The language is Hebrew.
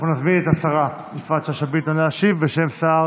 אנחנו נזמין את השרה יפעת שאשא ביטון להשיב בשם השר